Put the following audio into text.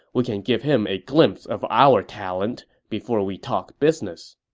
we can give him a glimpse of our talent before we talk business.